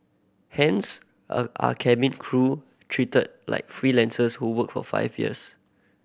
hence are cabin crew treated like freelancers who work for five years